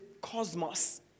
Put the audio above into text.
cosmos